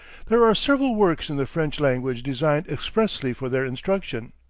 there are several works in the french language designed expressly for their instruction,